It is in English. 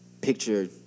picture